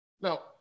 Now